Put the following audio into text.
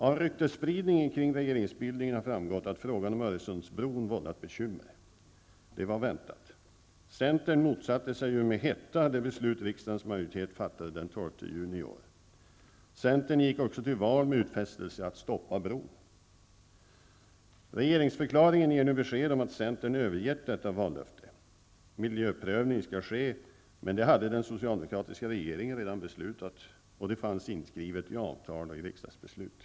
Av ryktesspridningen kring regeringsbildningen har framgått att frågan om Öresundsbron har vållat bekymmer. Det var väntat. Centern motsatte sig ju med hetta det beslut som riksdagens majoritet fattade den 12 juni i år. Centern gick till val med utfästelse att stoppa bron. Regeringsförklaringen ger ett besked om att centern har övergett detta vallöfte. Miljöprövning skall ske -- men det hade den socialdemokratiska regeringen redan beslutat, och det fanns inskrivet i avtal och riksdagsbeslut.